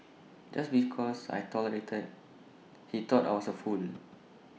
just because I tolerated he thought I was A fool